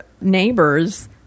neighbors